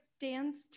dance